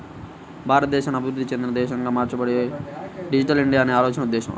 భారతదేశాన్ని అభివృద్ధి చెందిన దేశంగా మార్చడమే డిజిటల్ ఇండియా అనే ఆలోచన ఉద్దేశ్యం